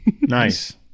Nice